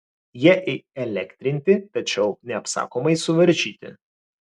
jie įelektrinti tačiau neapsakomai suvaržyti